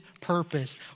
purpose